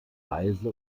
weise